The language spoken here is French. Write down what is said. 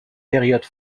période